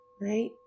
right